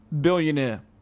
Billionaire